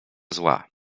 zła